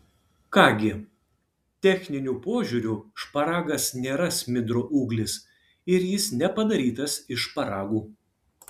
ką gi techniniu požiūriu šparagas nėra smidro ūglis ir jis nepadarytas iš šparagų